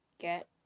get